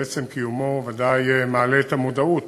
ועצם קיומו ודאי מעלה את המודעות